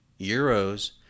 Euros